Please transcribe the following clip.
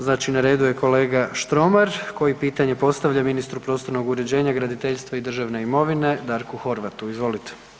Znači na redu kolega Štromar koji pitanje postavlja ministru prostornog uređenja, graditeljstva i državne imovine, Darku Horvatu, izvolite.